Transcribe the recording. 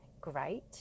great